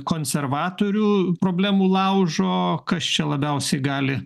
konservatorių problemų laužo kas čia labiausiai gali